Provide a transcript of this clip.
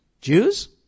Jews